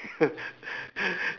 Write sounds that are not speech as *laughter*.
*laughs*